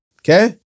okay